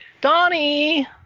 Donnie